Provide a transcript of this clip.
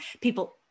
People